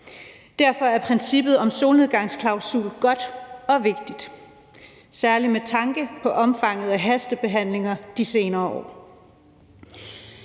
Derfor er princippet om en solnedgangsklausul godt og vigtigt, særlig med tanke på omfanget af hastebehandlinger de senere år.